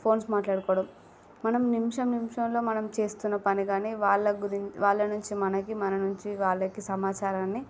phones మాట్లాడుకోవడం మనం నిమిషం నిమిషంలో మనం చేస్తున్న పని కానీ వాళ్ళ గురించి వాళ్ళ నుంచి మనకి కానీమన నుంచి వాళ్ళకి సమాచారం